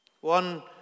One